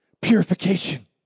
Purification